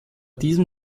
diesem